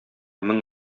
мең